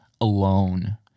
alone